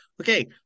Okay